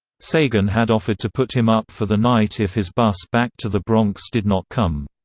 sagan had offered to put him up for the night if his bus back to the bronx did not come.